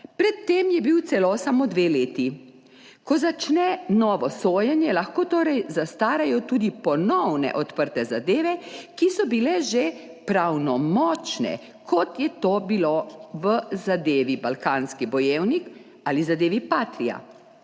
pred tem je bil celo samo dve leti. Ko začne novo sojenje, lahko torej zastarajo tudi ponovno odprte zadeve, ki so bile že pravnomočne, kot je to bilo v zadevi Balkanski bojevnik ali v zadevi Patria.